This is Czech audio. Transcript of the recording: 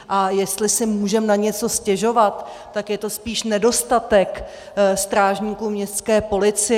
A jestli si můžeme na něco stěžovat, tak je to spíš nedostatek strážníků městské policie.